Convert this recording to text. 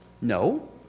No